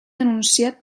denunciat